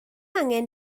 angen